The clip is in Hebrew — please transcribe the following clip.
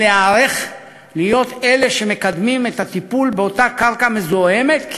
להיערך להיות אלה שמקדמים את הטיפול באותה קרקע מזוהמת,